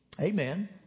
Amen